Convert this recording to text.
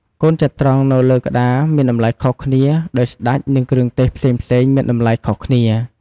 កូនចត្រង្គដែលនៅលើក្ដារមានតម្លៃខុសគ្នា ដោយស្ដេច និងគ្រឿងទេសផ្សេងៗមានតម្លៃខុសគ្នា។